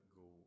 go